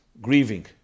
grieving